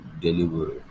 deliver